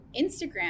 Instagram